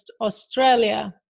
Australia